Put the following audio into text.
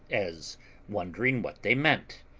as wondering what they meant.